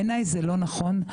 בעיניי זה לא נכון,